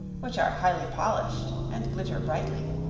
which are highly polished and glitter brightly.